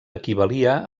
equivalia